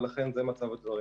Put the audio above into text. ולכן זה מצב הדברים.